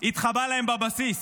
הוא התחבא להם בבסיס,